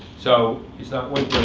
so it's not